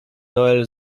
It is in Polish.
noel